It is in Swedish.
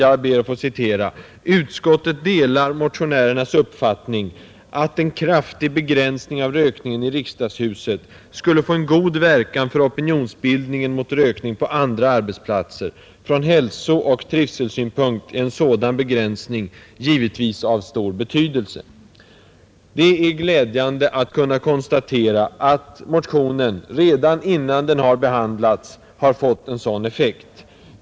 Jag ber att få citera: ”Utskottet delar motionärernas uppfattning att en kraftig begränsning av rökningen i riksdagshuset skulle få en god verkan för opinionsbildningen mot rökning på andra arbetsplatser. Från hälsooch trivselsynpunkt är en sådan begränsning givetvis av stor betydelse.” Det är glädjande att kunna konstatera att motionen redan innan den har behandlats har fått en sådan effekt.